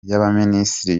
y’abaminisitiri